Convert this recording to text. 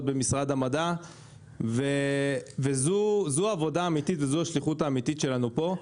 במשרד המדע וזו עבודה אמיתית וזו השליחות האמיתית שלנו פה.